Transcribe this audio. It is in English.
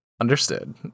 understood